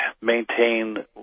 maintain